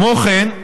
כמו כן,